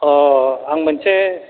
आं मोनसे